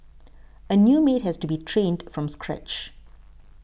a new maid has to be trained from scratch